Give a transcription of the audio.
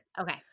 Okay